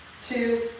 two